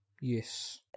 Yes